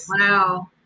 Wow